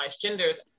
genders